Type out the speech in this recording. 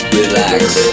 Relax